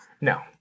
No